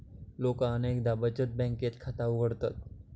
लोका अनेकदा बचत बँकेत खाता उघडतत